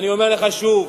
אני אומר לך שוב,